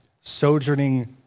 sojourning